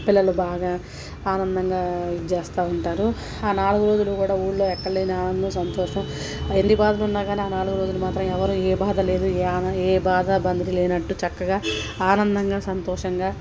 పిల్లలు బాగా ఆనందంగా ఇది చేస్తూ ఉంటారు ఆ నాలుగు రోజులు కూడా ఊరిలో ఎక్కడలేని ఆనందం సంతోషం ఎన్ని బాధలు ఉన్నా కానీ ఆ నాలుగు రోజులు మాత్రం ఎవరూ ఏ బాధ లేదు ఏ బాధ ఇబ్బందులు లేనట్టు చక్కగా ఆనందంగా సంతోషంగా